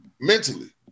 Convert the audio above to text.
mentally